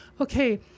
okay